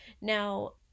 Now